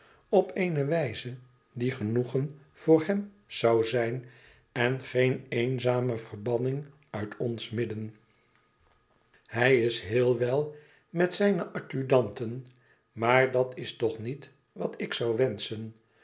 op eene wijze die genoegen voor hem zoû zijn en geene eenzame verbanning uit ons midden hij is heel wel met zijne adjudanten maar dat is toch niet wat ik zoû wenschen